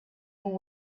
who